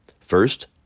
First